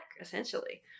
essentially